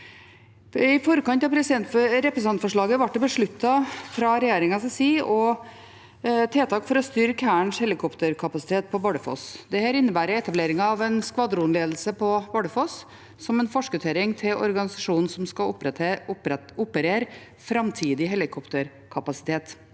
I forkant av representantforslaget ble det fra regjeringens side besluttet tiltak for å styrke Hærens helikopterkapasitet på Bardufoss. Dette innebærer etablering av en skvadronledelse på Bardufoss som en forskuttering til organisasjonen som skal operere framtidig helikopterkapasitet.